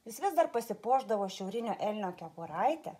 jis vis dar pasipuošdavo šiaurinio elnio kepuraite